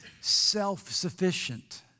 self-sufficient